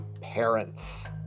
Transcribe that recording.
parents